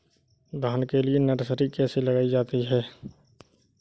धान के लिए नर्सरी कैसे लगाई जाती है?